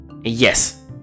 Yes